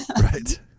Right